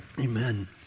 Amen